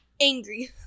Angry